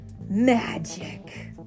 magic